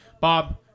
Bob